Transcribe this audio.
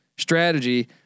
Strategy